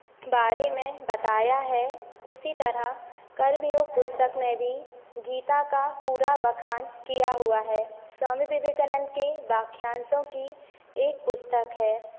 बारे में बताया है उसी तरह कर्म योग पुस्तक में भी गीता का पूरा वखान किया हुआ है स्वामी विवेकानंद के वाक्याँशों की एक पुस्तक है